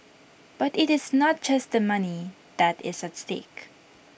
but IT is not just the money that is at stake